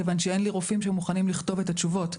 מכיוון שאין לי רופאים שמוכנים לכתוב את התשובות.